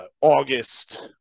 August